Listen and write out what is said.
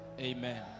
amen